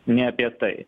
nei apie tai